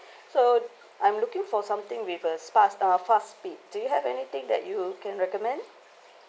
so I'm looking for something with a spark uh fast speed do you have anything that you can recommend